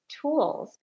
tools